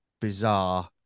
bizarre